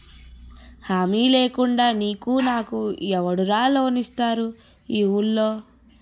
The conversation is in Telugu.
హామీ లేకుండా నీకు నాకు ఎవడురా లోన్ ఇస్తారు ఈ వూళ్ళో?